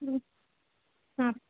ಹ್ಞೂ ಹಾಂ